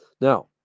Now